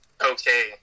okay